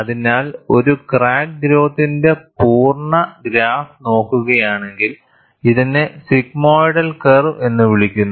അതിനാൽ ഒരു ക്രാക്ക് ഗ്രോത്തിന്റെ പൂർണ്ണ ഗ്രാഫ് നോക്കുകയാണെങ്കിൽ ഇതിനെ സിഗ്മോയിഡൽ കർവ് എന്ന് വിളിക്കുന്നു